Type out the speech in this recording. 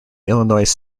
illinois